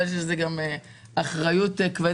אבל יש לצד זה גם אחריות כבדה.